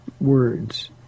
Words